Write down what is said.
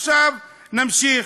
עכשיו נמשיך.